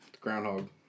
groundhog